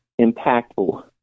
impactful